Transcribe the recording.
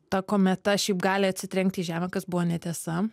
ta kometa šiaip gali atsitrenkt į žemę kas buvo netiesa